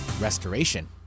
Restoration